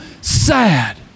sad